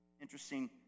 Interesting